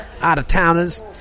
out-of-towners